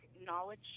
knowledge